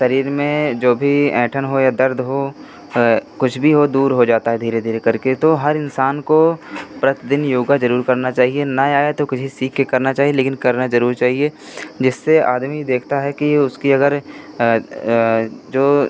शरीर में जो भी ऐंठन हो या दर्द हो कुछ भी हो दूर हो जाता है धीरे धीरे करके तो हर इंसान को प्रतिदिन योग जरूर करना चाहिए न आए तो किसी से सीख कर करना चाहिए लेकिन करना जरूर चाहिए जिससे आदमी देखता है कि उसकी अगर जो